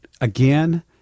Again